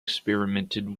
experimented